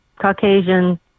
Caucasian